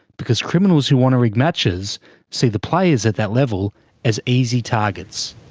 because criminals who want to rig matches see the players at that level as easy targets.